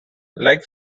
like